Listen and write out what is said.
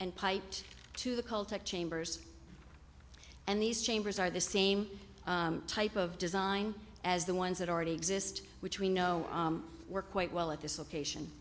and piped to the caltech chambers and these chambers are the same type of design as the ones that already exist which we know work quite well at this location